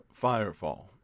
Firefall